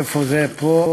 איפה זה פה?